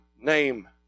name